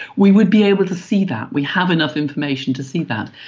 we would be able to see that. we have enough information to see that.